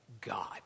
God